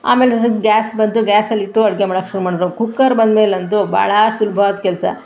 ಆಮೇಲೆ ಗ್ಯಾಸ್ ಬಂತು ಗ್ಯಾಸಲ್ಲಿಟ್ಟು ಅಡುಗೆ ಮಾಡೋಕೆ ಶುರು ಮಾಡಿದ್ರು ಕುಕ್ಕರ್ ಬಂದ್ಮೇಲಂತು ಭಾಳ ಸುಲ್ಭವಾದ ಕೆಲಸ